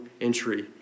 entry